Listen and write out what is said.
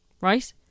right